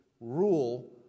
rule